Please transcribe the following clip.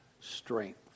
strength